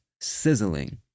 sizzling